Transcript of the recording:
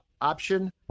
option